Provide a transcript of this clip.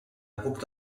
booked